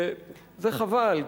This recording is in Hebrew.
וחבל.